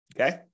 Okay